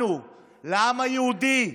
לנו, לעם היהודי,